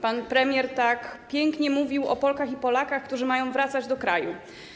Pan premier tak pięknie mówił o Polkach i Polakach, którzy mają wracać do kraju.